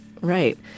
right